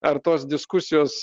ar tos diskusijos